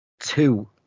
two